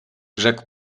rzekł